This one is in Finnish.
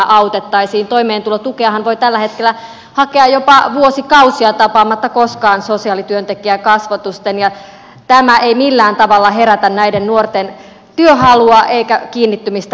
toimeentulotukeahan voi tällä hetkellä hakea jopa vuosikausia tapaamatta koskaan sosiaalityöntekijää kasvotusten ja tämä ei millään tavalla herätä näiden nuorten työhaluja eikä kiinnittymistä yhteiskuntaan